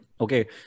Okay